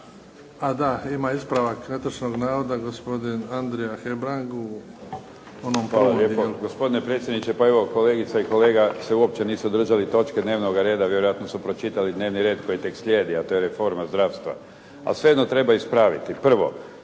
a da, ima ispravak netočnog navoda gospodin Andrija Hebrang u onom … /Govornik